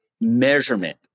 measurement